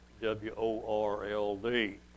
W-O-R-L-D